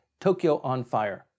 TokyoOnFire